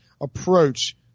approach